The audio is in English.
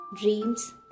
Dreams